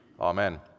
Amen